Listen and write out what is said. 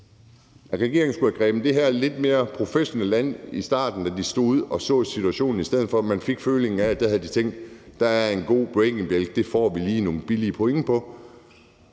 at regeringen skulle have grebet det her lidt mere professionelt an i starten, da de så situationen. I stedet fik man følelsen af, at de havde tænkt, at der er en god breakingbjælke, så det får ville de lige få nogle billige point på.